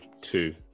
two